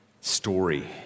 story